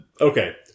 Okay